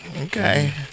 Okay